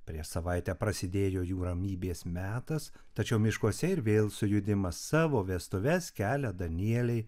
prieš savaitę prasidėjo jų ramybės metas tačiau miškuose ir vėl sujudimas savo vestuves kelia danieliai